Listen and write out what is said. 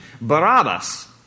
Barabbas